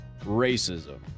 racism